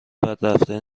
بدرفتاری